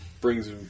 brings